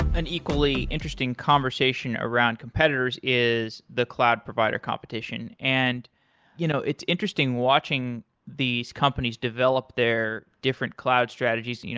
an equally interesting conversation around competitors is the cloud provider competition. and you know it's it's interesting watching these companies develop their different cloud strategies.